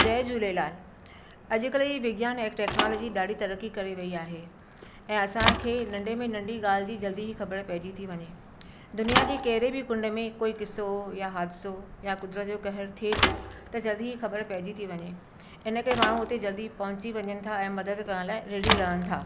जय झूलेलाल अॼुकल्ह जी विज्ञान ऐं टैक्नॉलोजी ॾाढी तरक़ी करे वई आहे ऐं असांखे नंढे में नंढी ॻाल्हि जी जल्दी ही ख़बरु पैजी थी वञे दुनिया जे कहिड़े बी कुंड में कोई किसो या हादिसो या क़ुदिरत जो क़हर थिए थो त जल्दी ई ख़बर पइजी थी वञे इन करे माण्हू हुते जल्दी पहुची वञनि था ऐं मदद करण लाइ रेडी रहनि था